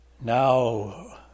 now